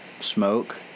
smoke